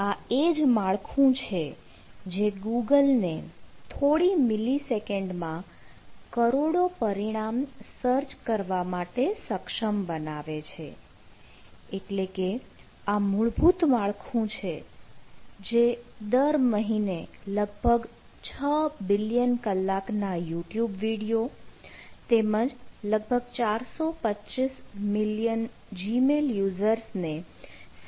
આ એ જ માળખું છે જે ગૂગલ ને થોડી મિલી સેકન્ડ માં કરોડો પરિણામ સર્ચ કરવા માટે સક્ષમ બનાવે છે એટલે કે આ મૂળભૂત માળખું છે જે દર મહિને લગભગ 6 બિલિયન કલાકના youtube વિડીયો ને તેમજ લગભગ 425 મિલિયન gmail યુઝર્સને સેવા પૂરી પાડે છે